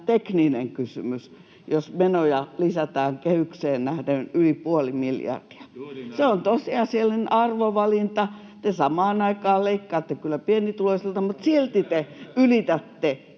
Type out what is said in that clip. tekninen kysymys, jos menoja lisätään kehykseen nähden yli puoli miljardia. Se on tosiasiallinen arvovalinta. Te samaan aikaan leikkaatte kyllä pienituloisilta, mutta silti te ylitätte